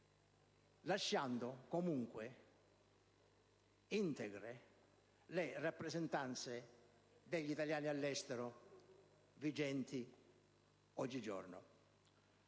lasciando comunque integre le rappresentanze degli italiani all'estero attualmente vigenti.